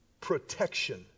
protection